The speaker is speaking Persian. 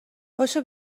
پاشو